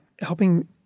helping